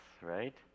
right